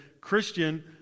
Christian